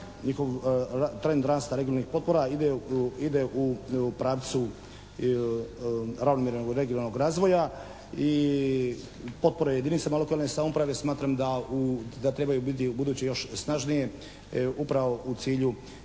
njihov trend rasta regionalnih potpora ide u pravcu ravnomjernog regionalnog razvoja i potpore jedinicama lokalne samouprave smatram da trebaju biti ubuduće još snažnije upravo u cilju